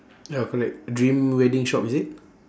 ya correct dream wedding shop is it